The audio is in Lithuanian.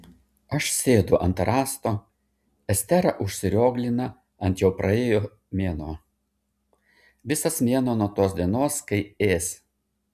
aš sėdu ant rąsto estera užsirioglina ant jau praėjo mėnuo visas mėnuo nuo tos dienos kai ės